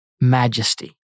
majesty